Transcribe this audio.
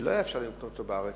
שלא היה אפשר לקנות אותו בארץ,